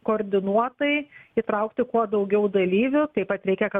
koordinuotai įtraukti kuo daugiau dalyvių taip pat reikia kad